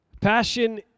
Passion